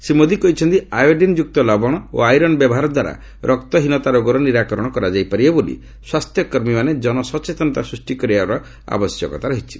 ଶ୍ରୀ ମୋଦି କହିଛନ୍ତି ଆୟୋଡିନ୍ଯୁକ୍ତ ଲବଶ ଓ ଆଇରନ ବ୍ୟବହାର ଦ୍ୱାରା ରକ୍ତହୀନତା ରୋଗର ନିରାକରଣ କରାଯାଇପାରିବ ବୋଲି ସ୍ୱାସ୍ଥ୍ୟକର୍ମୀମାନେ ଜନସଚେତନତା ସୃଷ୍ଟି କରିବାର ଆବଶ୍ୟକତା ରହିଛି